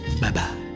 bye-bye